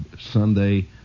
Sunday